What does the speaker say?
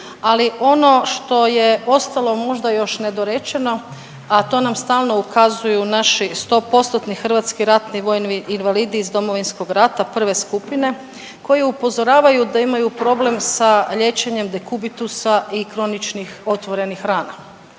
Ali ono što je ostalo možda još nedorečeno, a to nam stalno ukazuju naši 100%-tni hrvatski ratni vojni invalidi iz Domovinskog rata prve skupine koji upozoravaju da imaju problem sa liječenjem dekubitusa i kroničnih otvorenih rana.